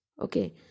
Okay